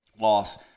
loss